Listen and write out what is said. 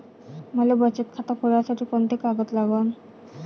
मले बचत खातं खोलासाठी कोंते कागद लागन?